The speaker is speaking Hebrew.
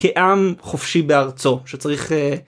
כעם חופשי בארצו שצריך.